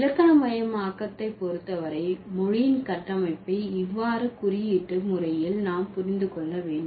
இலக்கணமயமாக்கத்தை பொறுத்தவரை மொழியின் கட்டமைப்பை இவ்வாறு குறியீட்டு முறையில் நாம் புரிந்து கொள்ள வேண்டும்